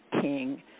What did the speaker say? king